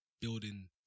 building